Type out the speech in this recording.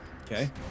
Okay